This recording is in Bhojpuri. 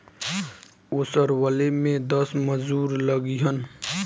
ओसवले में दस मजूर लगिहन